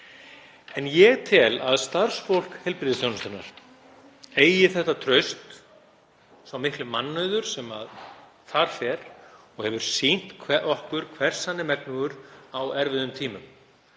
En ég tel að starfsfólk heilbrigðisþjónustunnar eigi þetta traust, sá mikli mannauður sem þar fer og hefur sýnt okkur hvers hann er megnugur á erfiðum tímum.